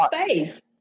space